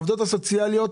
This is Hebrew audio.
העובדות הסוציאליות,